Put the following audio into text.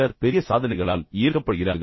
சிலர் பெரிய சாதனைகளால் ஈர்க்கப்படுகிறார்கள்